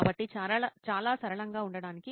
కాబట్టి చాలా సరళంగా ఉండటానికి